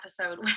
episode